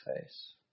face